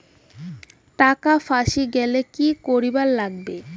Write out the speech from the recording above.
টাকা ফাঁসি গেলে কি করিবার লাগে?